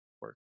work